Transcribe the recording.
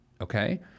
okay